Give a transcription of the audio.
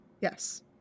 Yes